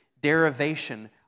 derivation